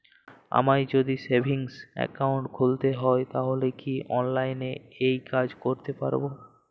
আমায় যদি savings account খুলতে হয় তাহলে কি অনলাইনে এই কাজ করতে পারবো?